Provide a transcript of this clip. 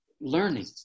learning